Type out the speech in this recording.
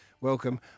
welcome